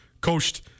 coached